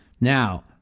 Now